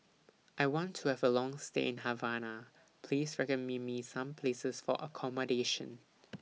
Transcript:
I want to Have A Long stay in Havana Please recommend Me Me Some Places For accommodation